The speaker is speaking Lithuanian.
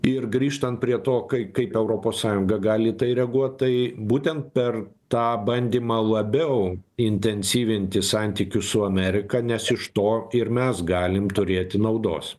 ir grįžtant prie to kai kaip europos sąjunga gali į tai reaguot tai būtent per tą bandymą labiau intensyvinti santykius su amerika nes iš to ir mes galim turėti naudos